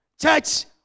church